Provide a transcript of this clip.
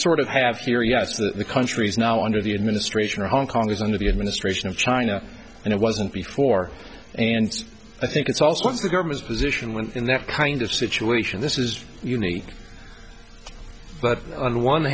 sort of have here yes that the country is now under the administration of hong kong is under the administration of china and it wasn't before and i think it's also it's the government's position when in that kind of situation this is unique but on one